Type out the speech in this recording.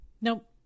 Nope